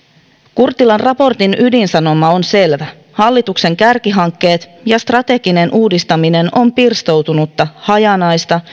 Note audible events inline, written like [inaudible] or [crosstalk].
kurttilan raportin ydinsanoma on selvä hallituksen kärkihankkeet ja strateginen uudistaminen on pirstoutunutta hajanaista [unintelligible]